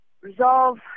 resolve